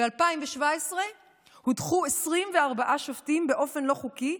ב-2017 הודחו 24 שופטים באופן לא חוקי.